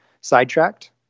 sidetracked